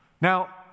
Now